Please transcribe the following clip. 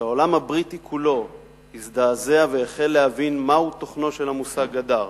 שהעולם הבריטי כולו הזדעזע והחל להבין מה תוכנו של המושג 'הדר'.